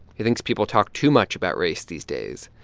he thinks people talk too much about race these days,